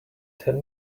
tell